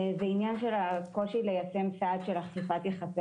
זה עניין של הקושי ליישם צעד של אכיפת יחסי